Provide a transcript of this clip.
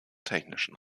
technischen